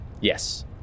Yes